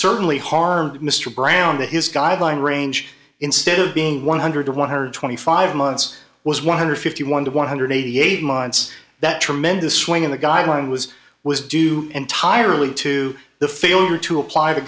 certainly harmed mr brown that his guideline range instead of being one hundred to one hundred and twenty five months was one hundred and fifty one to one hundred and eighty eight months that tremendous swing in the guideline was was due entirely to the failure to apply the